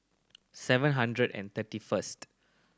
seven hundred and thirty first